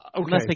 Okay